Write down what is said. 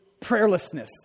prayerlessness